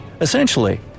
Essentially